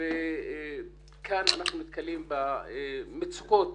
וכאן אנחנו נתקלים במצוקות